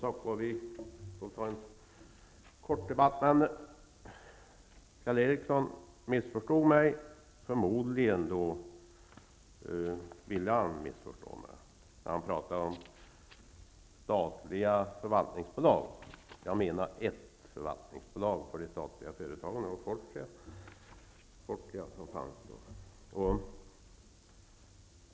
Herr talman! Kjell Ericsson missförstod mig -- han ville förmodligen missförstå mig -- när han talade om statliga förvaltningsbolag. Jag avsåg ett förvaltningsbolag för dessa statliga företag.